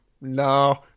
No